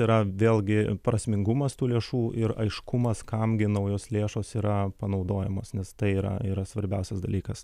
yra vėlgi prasmingumas tų lėšų ir aiškumas kam gi naujos lėšos yra panaudojamos nes tai yra yra svarbiausias dalykas